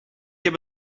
heb